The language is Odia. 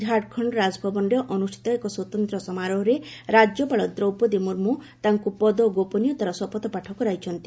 ଝାଡଖଣ୍ଡ ରାଜଭବନରେ ଅନୁଷ୍ଠିତ ଏକ ସ୍ୱତନ୍ତ୍ର ସମାରୋହରେ ରାଜ୍ୟପାଳ ଦ୍ରୌପଦୀ ମୁର୍ମୁ ତାଙ୍କୁ ପଦ ଓ ଗୋପନୀୟତାର ଶପଥପାଠ କରାଇଛନ୍ତି